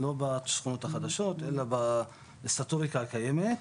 לא בשכונות החדשות אלא בסטטוטוריקה הקיימת,